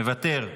מוותר.